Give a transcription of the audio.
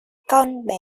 nhà